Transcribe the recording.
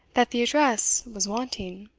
that the address was wanting.